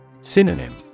Synonym